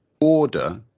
order